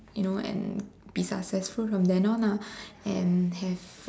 you know and be successful from then on lah and have